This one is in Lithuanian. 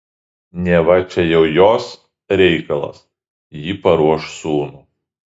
neva čia jau jos reikalas ji paruoš sūnų